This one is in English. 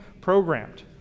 programmed